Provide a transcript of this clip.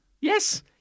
Yes